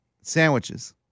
Sandwiches